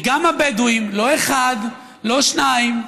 וגם הבדואים, לא אחד, לא שניים,